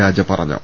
രാജ പറഞ്ഞു